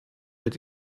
wird